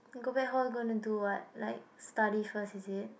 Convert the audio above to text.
you go back hall gonna do what like study first is it